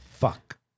Fuck